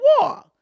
war